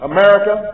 America